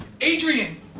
Adrian